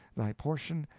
thy portion,